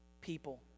people